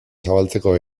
zabaltzeko